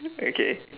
okay